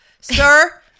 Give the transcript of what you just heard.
Sir